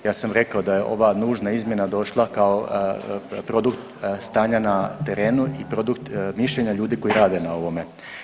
Ja sam rekao da je ova nužna izmjena došla kao produkt stanja na terenu i produkt mišljenja ljudi koji rade na ovome.